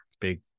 big